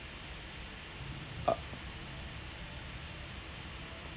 ah